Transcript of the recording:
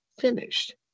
finished